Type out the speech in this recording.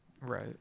Right